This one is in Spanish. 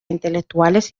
intelectuales